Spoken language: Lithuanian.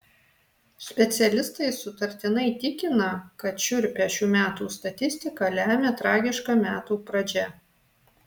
specialistai sutartinai tikina kad šiurpią šių metų statistiką lemia tragiška metų pradžia